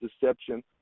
deception